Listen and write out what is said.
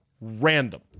random